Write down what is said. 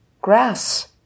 grass